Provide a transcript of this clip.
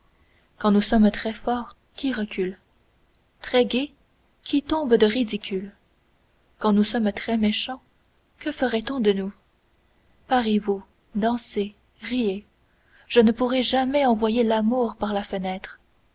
quand nous sommes très forts qui recule très gais qui tombe de ridicule quand nous sommes très méchants que ferait-on de nous parez vous dansez riez je ne pourrai jamais envoyer l'amour par la fenêtre